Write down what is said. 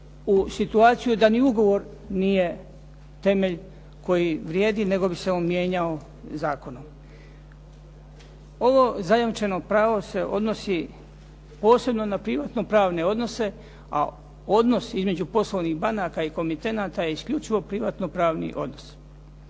u situaciju da ni ugovor nije temelj koji vrijedi, nego bi se on mijenjao zakonom. Ovo zajamčeno pravo se odnosi posebno na privatno pravne odnose, a odnos između poslovnih banaka i komitenata je isključivo privatno pravni odnos.